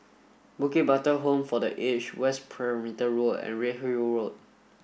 Bukit Batok Home for the Aged West Perimeter Road and Redhill Road